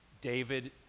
David